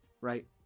right